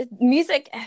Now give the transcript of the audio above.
music